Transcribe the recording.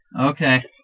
Okay